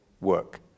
work